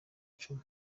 cumi